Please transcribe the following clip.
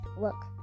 Look